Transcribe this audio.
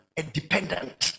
independent